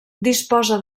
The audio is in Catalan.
disposa